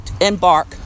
embark